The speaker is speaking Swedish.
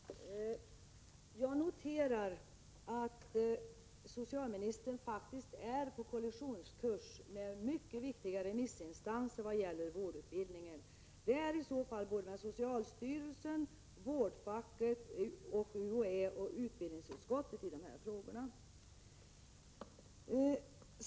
Herr talman! Jag noterar att socialministern faktiskt är på kollisionskurs med mycket viktiga remissinstanser vad gäller vårdutbildningen — i detta fall socialstyrelsen, vårdfacket, UHÄ och utbildningsutskottet.